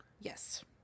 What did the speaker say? Yes